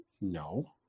No